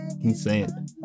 insane